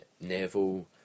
Neville